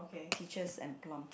peaches and plum